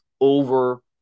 over